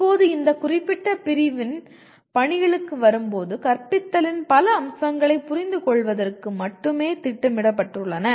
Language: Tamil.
இப்போது இந்த குறிப்பிட்ட பிரிவின் பணிகளுக்கு வரும்போது கற்பித்தலின் பல அம்சங்களை புரிந்துகொள்வதற்கு மட்டுமே திட்டமிடப்பட்டுள்ளன